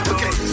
Okay